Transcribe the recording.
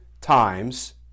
times